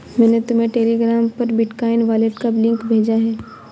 मैंने तुम्हें टेलीग्राम पर बिटकॉइन वॉलेट का लिंक भेजा है